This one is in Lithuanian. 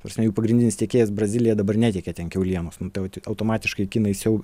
ta prasme jų pagrindinis tiekėjas brazilija dabar neteikia ten kiaulienos nu tai vat automatiškai kinais jau